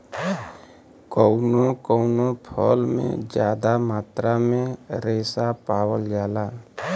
कउनो कउनो फल में जादा मात्रा में रेसा पावल जाला